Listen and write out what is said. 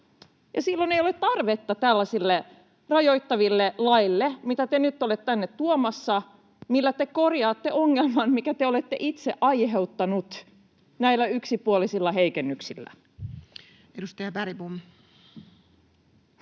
Silloin ei ole tarvetta tällaisille rajoittaville laeille, mitä te nyt olette tänne tuomassa ja millä te korjaatte ongelmaa, minkä te olette itse aiheuttaneet näillä yksipuolisilla heikennyksillä. [Speech